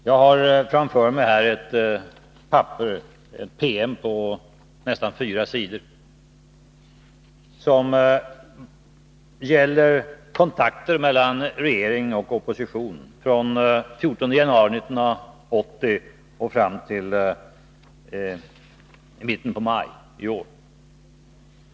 Jag har framför mig en PM på nästan fyra sidor, som gäller kontakter mellan regering och opposition från den 14 januari 1980 fram till mitten av maj månad i år.